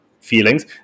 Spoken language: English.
feelings